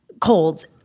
colds